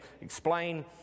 explain